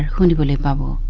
who and believe but